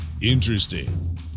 interesting